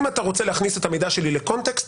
אם אתה רוצה להכניס את המידע שלי לקונטקסט,